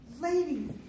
ladies